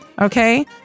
Okay